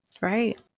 Right